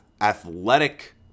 athletic